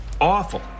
awful